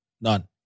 none